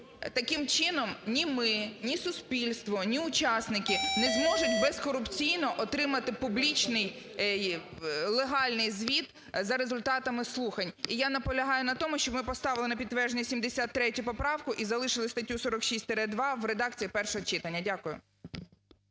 Таким чином, ні ми, ні суспільство, ні учасники, не зможуть без корупційно отримати публічний і легальний звіт за результатами слухань. І я наполягаю на тому, щоб ми поставили на підтвердження 73 поправку і залишили статтю 46-2 в редакції першого читання. Дякую.